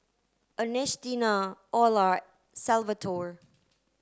Ernestina Olar Salvatore